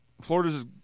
Florida's